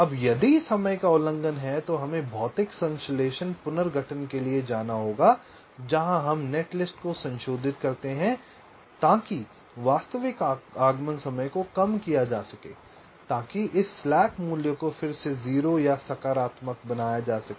अब यदि समय का उल्लंघन है तो हमें भौतिक संश्लेषण पुनर्गठन के लिए जाना होगा जहां हम नेटलिस्ट को संशोधित करते हैं ताकि वास्तविक आगमन समय को कम किया जा सके ताकि इस स्लैक मूल्य को फिर से 0 या सकारात्मक बनाया जा सके